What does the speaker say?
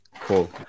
Cool